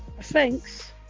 thanks